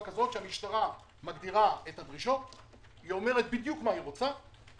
הכסף הזה נועד לא רק לאתר עצמו אלא גם לחניונים שמקיפים אותו,